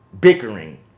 bickering